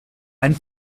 ein